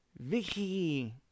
Vicky